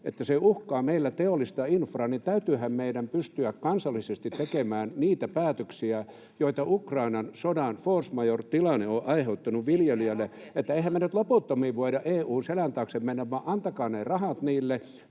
että se uhkaa meillä teollista infraa, niin täytyyhän meidän pystyä kansallisesti tekemään niitä päätöksiä, joita Ukrainan sodan force majeure ‑tilanne on aiheuttanut viljelijöille. [Leena Meri: Tehkää rohkeasti vaan!] Eihän me nyt loputtomiin voida EU:n selän taakse mennä, vaan antakaa ne rahat niille,